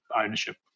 ownership